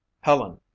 Helen